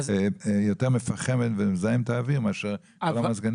יותר מפחם ומזהם את האוויר מאשר כל המזגנים.